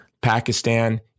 Pakistan